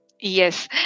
Yes